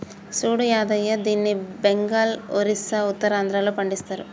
సూడు యాదయ్య దీన్ని బెంగాల్, ఒరిస్సా, ఉత్తరాంధ్రలో పండిస్తరు